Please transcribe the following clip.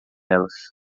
elas